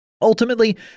Ultimately